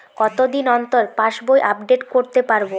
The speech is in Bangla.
কতদিন অন্তর পাশবই আপডেট করতে পারব?